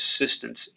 assistance